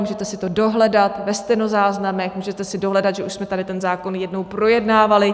Můžete si to dohledat ve stenozáznamech, můžete si dohledat, že už jsme tady ten zákon jednou projednávali.